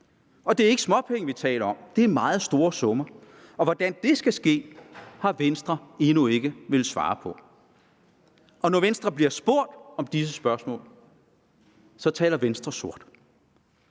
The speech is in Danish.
Det er ikke småpenge, vi taler om. Det er meget store summer. Hvordan det skal ske, har Venstre endnu ikke villet svare på. Når Venstre bliver spurgt om disse spørgsmål, taler Venstre sort